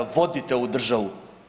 Vodite ovu državu.